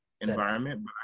environment